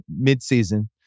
midseason